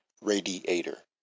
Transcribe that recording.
radiator